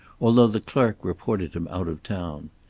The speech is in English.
although the clerk reported him out of town.